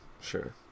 Sure